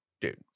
Dude